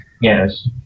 Yes